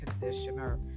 conditioner